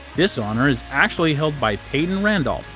this honor is actually held by payton randolph,